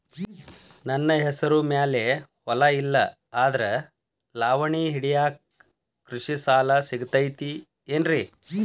ನನ್ನ ಹೆಸರು ಮ್ಯಾಲೆ ಹೊಲಾ ಇಲ್ಲ ಆದ್ರ ಲಾವಣಿ ಹಿಡಿಯಾಕ್ ಕೃಷಿ ಸಾಲಾ ಸಿಗತೈತಿ ಏನ್ರಿ?